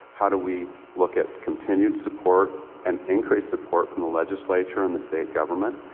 how do we look at continued support and increased support from the legislature and the state government?